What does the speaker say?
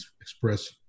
express